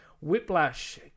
Whiplash